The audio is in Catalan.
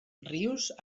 rius